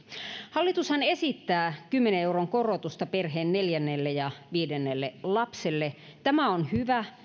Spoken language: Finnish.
hallitushan esittää kymmenen euron korotusta perheen neljännelle ja viidennelle lapselle tämä on hyvä